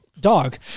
Dog